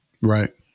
Right